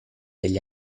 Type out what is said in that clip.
degli